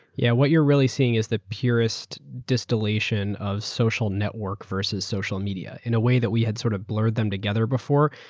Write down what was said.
yeah what you are really seeing is the purest distillation of social network versus social media in a way that we sort of blur them together before.